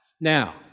Now